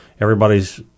everybody's